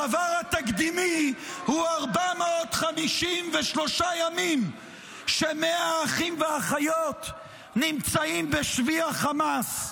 הדבר התקדימי הוא 453 ימים שבהם 100 אחים ואחיות נמצאים בשבי החמאס.